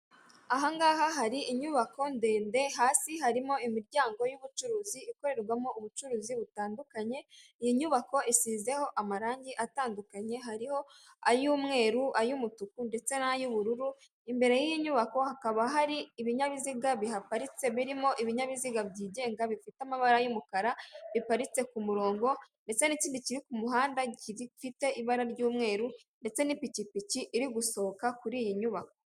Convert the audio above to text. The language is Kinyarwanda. Aha ngaha hari inyubako ndende hasi harimo imiryango y'ubucuruzi ikorerwamo ubucuruzi butandukanye, iyi nyubako isizeho amarange atandukanye hariho ay'umweru, ay'umutuku ndetse nay'ubururu. Imbere y'iyi nyubako hakaba hari ibinyabiziga biparitse birimo ibinyabiziga byigenga bifite amabara y'umukara biparitse ku murongo ndetse n'ikindi kiri ku muhanda gifite ibara ry'umweru ndetse n'ipikipiki iri gusohoka kuri iyi nyubako.